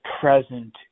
present